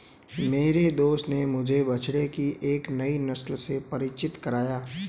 मेरे दोस्त ने मुझे बछड़े की एक नई नस्ल से परिचित कराया